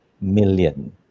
million